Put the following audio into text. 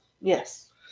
Yes